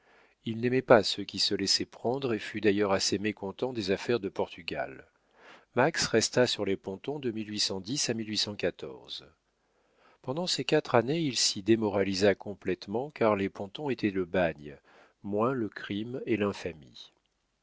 il n'aimait pas ceux qui se laissaient prendre et fut d'ailleurs assez mécontent des affaires de portugal max resta sur les pontons de à pendant ces quatre années il s'y démoralisa complétement car les pontons étaient le bagne moins le crime et